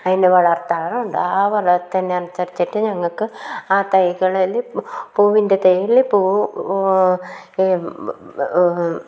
അതിനെ വളർത്താറുണ്ട് ആ വളർത്തുന്നത് അനുസരിച്ചിട്ട് ഞങ്ങൾക്ക് ആ തൈകളിൽ പൂവിൻ്റെ തൈയിൽ പൂ